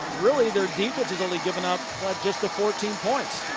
really, their defense has only given up just the fourteen points.